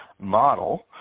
model